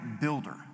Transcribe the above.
builder